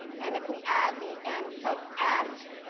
and if we add the m sub s,